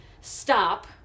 stop